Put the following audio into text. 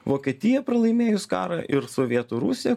vokietija pralaimėjus karą ir sovietų rusija